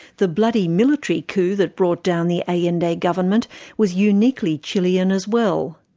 the bloody military coup that brought down the allende government was uniquely chilean as well.